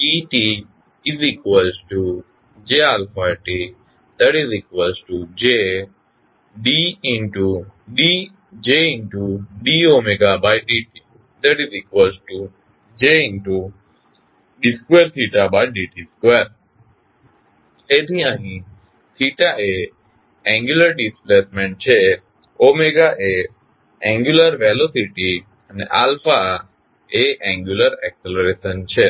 TtJαtJd ωd tJd 2θd t 2 તેથી અહીં θ એ એંગ્યુલર ડિસ્પ્લેસમેન્ટ છે t એંગ્યુલર વેલોસીટી અને એંગ્યુલર એક્સ્લરેશન છે